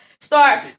start